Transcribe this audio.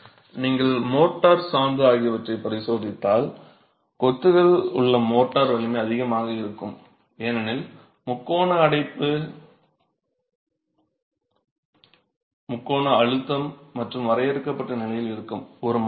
ஆனால் நீங்கள் மோர்டார் சாந்து ஆகியவற்றைப் பரிசோதித்தால் கொத்துகளில் உள்ள மோர்டார் வலிமை அதிகமாக இருக்கும் ஏனெனில் முக்கோண அடைப்பு முக்கோண அழுத்தம் மற்றும் வரையறுக்கப்பட்ட நிலையில் இருக்கும்